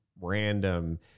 random